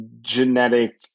genetic